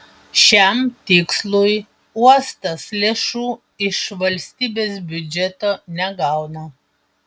šiam tikslui uostas lėšų iš valstybės biudžeto negauna